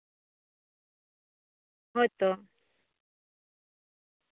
ᱦᱳᱭᱛᱚ